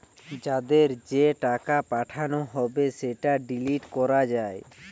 যাদের যে টাকা পাঠানো হবে সেটা ডিলিট করা যায়